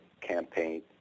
campaign